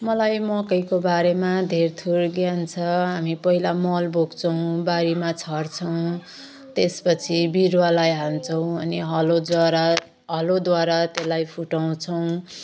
मलाई मकैको बारेमा धेरथोर ज्ञान छ हामी पहिला मल बोक्छौँ बारीमा छर्छौँ त्यसपछि बिरुवालाई हान्छौँ अनि हलोज्वारा हलोद्वारा त्यसलाई फुटाउँछौँ